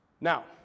Now